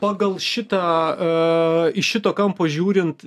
pagal šitą iš šito kampo žiūrint